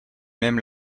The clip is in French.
même